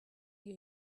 you